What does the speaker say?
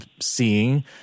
seeing